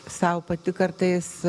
sau pati kartais